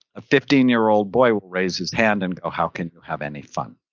a fifteen yearold boy raised his hand, and oh, how can you have any fun?